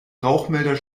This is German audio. rauchmelder